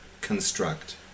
construct